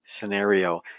scenario